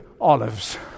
olives